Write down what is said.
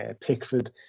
Pickford